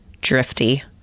drifty